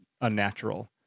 unnatural